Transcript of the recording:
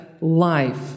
life